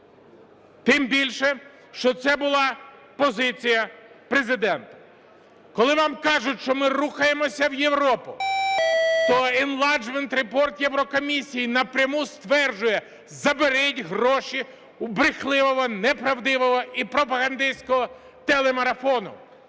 Тим більше, що це була позиція Президента. Коли вам кажуть, що ми рухаємося в Європу, то Enlargement report Єврокомісії напряму стверджує: заберіть гроші у брехливого, неправдивого і пропагандистського телемарафону.